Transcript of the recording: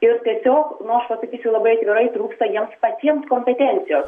ir tiesiog nu aš vat sakysiu labai atvirai trūksta jiems patiems kompetencijos